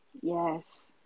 Yes